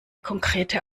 konkrete